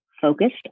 focused